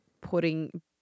putting